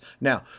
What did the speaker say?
Now